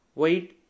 white